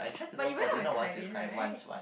but you went out with Kai-Lin right